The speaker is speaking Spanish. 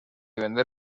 vender